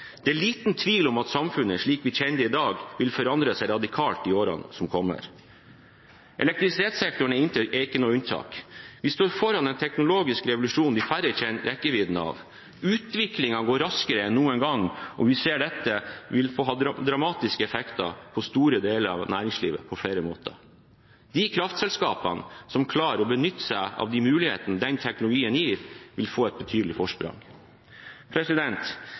Det er liten tvil om at samfunnet slik vi kjenner det i dag, vil forandre seg radikalt i årene som kommer. Energisektoren er intet unntak. Vi står foran en teknologisk revolusjon de færreste kjenner rekkevidden av. Utviklingen går raskere enn noen gang, og vi ser at dette vil ha en dramatisk effekt på store deler av næringslivet på flere måter. De kraftselskapene som klarer å benytte seg av de mulighetene denne nye teknologien gir, vil få et betydelig forsprang.